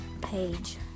page